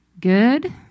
good